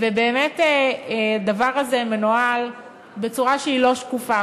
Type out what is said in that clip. ובאמת הדבר הזה מנוהל בצורה שהיא לא שקופה.